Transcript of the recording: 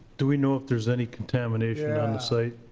do we know if there's any contamination on the site,